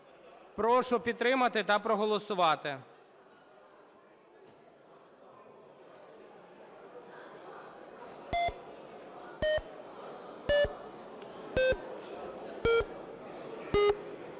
Прошу підтримати та проголосувати.